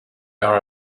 are